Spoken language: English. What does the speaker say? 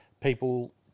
people